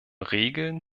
regeln